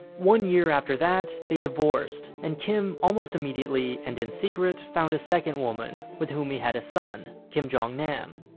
one year after that, they divorced, and kim, almost immediately, and in secret, found a second woman, with whom he had a son kim jong-nam.